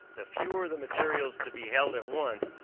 the fewer the materials to be held at once,